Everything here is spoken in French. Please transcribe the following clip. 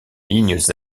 lignes